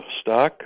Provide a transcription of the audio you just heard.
stock